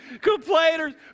complainers